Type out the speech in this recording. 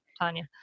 Tanya